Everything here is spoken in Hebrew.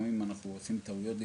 אנחנו עושים טעויות,